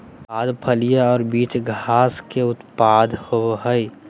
खाद्य, फलियां और बीज घास के उत्पाद होबो हइ